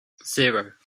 zero